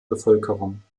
bevölkerung